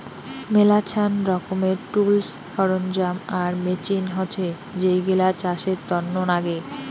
মেলাছান রকমের টুলস, সরঞ্জাম আর মেচিন হসে যেইগিলা চাষের তন্ন নাগে